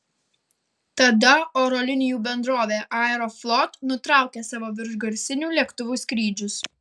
tada oro linijų bendrovė aeroflot nutraukė savo viršgarsinių lėktuvų skrydžius